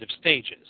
stages